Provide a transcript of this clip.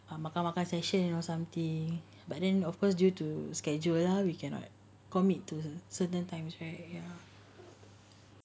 makan makan session or something but then of course due to schedule lah we cannot commit to certain times right ya